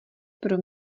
pro